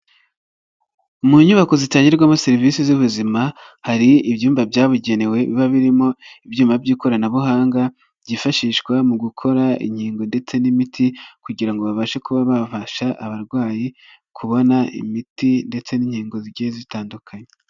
Mu nyubako zitangirwamo serivisi z'ubuzima hari ibyumba byabugenewe biba birimo ibyuma by'ikoranabuhanga byifashishwa mu gukora inkingo ndetse n'imiti kugira ngo babashe kuba bafasha abarwayi kubona imiti ndetse n'inkingo zigiye zitandukanye.